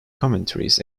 commentaries